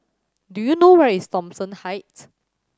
do you know where is Thomson Heights